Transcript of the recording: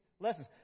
lessons